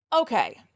Okay